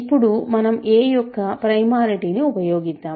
ఇప్పుడు మనం a యొక్క ప్రైమాలిటిని ఉపయోగిద్దాం